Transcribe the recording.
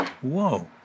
Whoa